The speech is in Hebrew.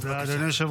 תוציא את הפלט.